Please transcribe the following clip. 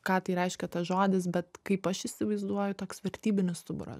ką tai reiškia tas žodis bet kaip aš įsivaizduoju toks vertybinis stubura